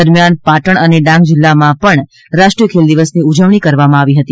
દરમિયાન પાટણ અને ડાંગ જિલ્લામાંપણ રાષ્ટ્રીય ખેલ દિવસની ઉજવણી કરવામાં આવી હતી